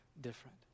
different